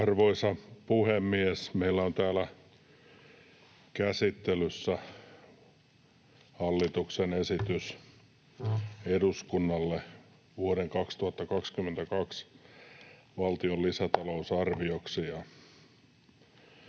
Arvoisa puhemies! Meillä on täällä käsittelyssä hallituksen esitys eduskunnalle vuoden 2022 valtion lisätalousarvioksi.